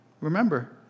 Remember